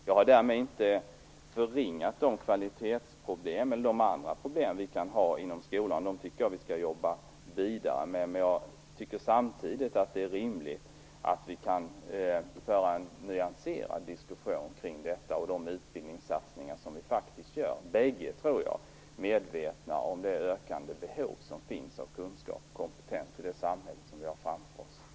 Jag har därmed inte förringat de kvalitetsproblem eller andra problem som vi kan ha inom skolan. Jag tycker att vi skall jobba vidare med dem. Samtidigt är det rimligt att vi kan föra en nyanserad diskussion kring detta och de utbildningssatsningar som vi gör. Vi är bägge medvetna om det ökande behovet av kunskap och kompetens i det samhälle som vi har framför oss.